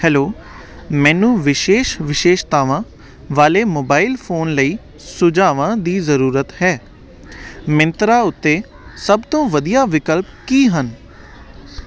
hello ਮੈਨੂੰ ਵਿਸ਼ੇਸ਼ ਵਿਸ਼ੇਸ਼ਤਾਵਾਂ ਵਾਲੇ ਮੋਬਾਈਲ ਫੋਨ ਲਈ ਸੁਝਾਵਾਂ ਦੀ ਜ਼ਰੂਰਤ ਹੈ ਮਿੰਤਰਾ ਉੱਤੇ ਸਭ ਤੋਂ ਵਧੀਆ ਵਿਕਲਪ ਕੀ ਹਨ